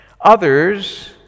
others